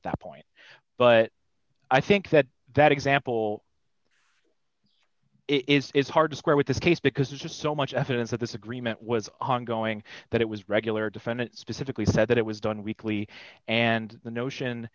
at that point but i think that that example it's hard to square with this case because there's just so much evidence that this agreement was ongoing that it was regular defendant specifically said that it was done weekly and the notion